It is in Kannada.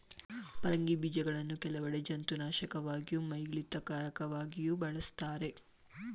ಪರಂಗಿ ಬೀಜಗಳನ್ನು ಕೆಲವೆಡೆ ಜಂತುನಾಶಕವಾಗಿಯೂ ಮೈಯಿಳಿತಕಾರಕವಾಗಿಯೂ ಬಳಸ್ತಾರೆ